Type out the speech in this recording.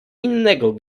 innego